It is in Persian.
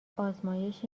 آزمایش